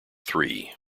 three